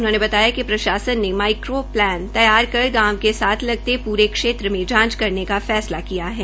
उन्होंने बताया कि प्रशासन ने माइक्रो प्लान तैया कर गांव के साथ लगते पूरे क्षेत्र में जांच करने का फैसला किया है